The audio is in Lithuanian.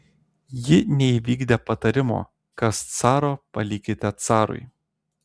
ji neįvykdė patarimo kas caro palikite carui